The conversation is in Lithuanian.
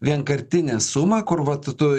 vienkartinę sumą kur vat tu